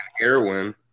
heroin